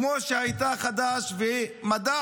כמו שהיו בחד"ש ומד"ע